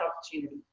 opportunity